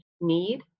need